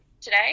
today